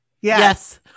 Yes